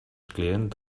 clients